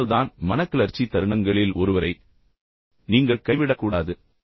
அதனால்தான் மனக்கிளர்ச்சி தருணங்களில் ஒருவரை நீங்கள் கைவிடக்கூடாது